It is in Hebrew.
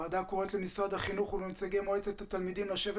הוועדה קוראת למשרד החינוך ולנציגי מועצת התלמידים לשבת